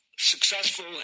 successful